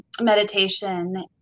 meditation